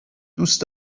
دوست